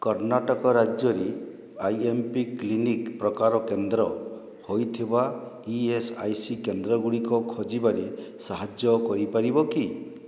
କର୍ଣ୍ଣାଟକ ରାଜ୍ୟରେ I M P clinic ପ୍ରକାର କେନ୍ଦ୍ର ହୋଇଥିବା ଇ ଏସ୍ ଆଇ ସି କେନ୍ଦ୍ର ଗୁଡ଼ିକ ଖୋଜିବାରେ ସାହାଯ୍ୟ କରିପାରିବ କି